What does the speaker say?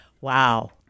Wow